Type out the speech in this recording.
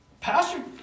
Pastor